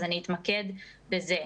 אז אני אתמקד בזה.